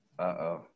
Uh-oh